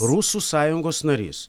rusų sąjungos narys